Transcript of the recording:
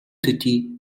төдий